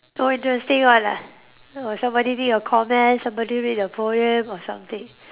no interesting all lah or somebody read you comment somebody read your poem or something